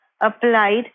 applied